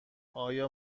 آیا